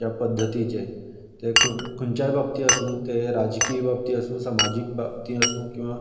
ज्या पद्दतीचे ते खंयच्याय बाबतीन आसूं तें राजकीय बाबतींत आसूं समाजीक बाबतींत आसूं किंवां